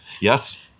Yes